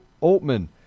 Altman